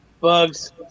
bugs